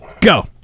go